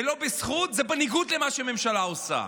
זה לא בזכות, זה בניגוד למה שהממשלה עושה.